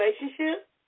relationship